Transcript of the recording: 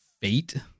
fate